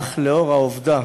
אך לאור העובדה